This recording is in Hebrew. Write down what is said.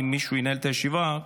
אם מישהו ינהל את הישיבה,